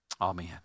Amen